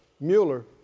Mueller